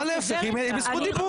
היא בזכות דיבור.